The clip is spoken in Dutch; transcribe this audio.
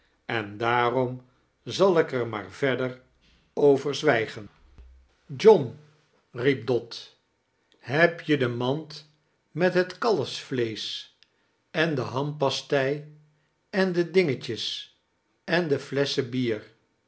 en daarom zal ik er maar varder over zwijgen john riep dot heb je de mand met het kalfsvleesch en de hampastei en de dingetjes en de flesschen bier